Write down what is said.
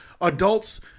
adults